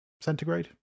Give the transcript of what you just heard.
centigrade